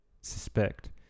suspect